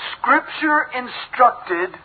Scripture-instructed